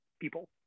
people